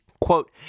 Quote